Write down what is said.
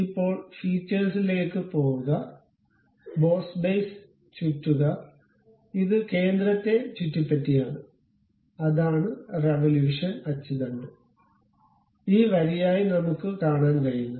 ഇപ്പോൾ ഫീച്ചേഴ്സിലേക്ക് പോകുക ബോസ് ബേസ് ചുറ്റുക ഇത് കേന്ദ്രത്തെ ചുറ്റിപ്പറ്റിയാണ് അതാണ് റവല്യൂഷൻ അച്ചുതണ്ട് ഈ വരിയായി നമുക്ക് കാണാൻ കഴിയുന്നത്